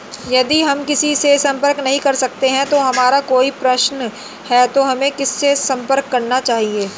यदि हम किसी से संपर्क नहीं कर सकते हैं और हमारा कोई प्रश्न है तो हमें किससे संपर्क करना चाहिए?